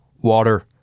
Water